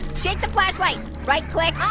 shake the flashlight, right click.